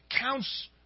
counts